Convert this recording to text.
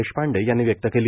देशपांडे यांनी व्यक्त केली